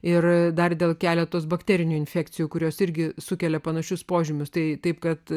ir dar dėl keleto bakterinių infekcijų kurios irgi sukelia panašius požymius tai taip kad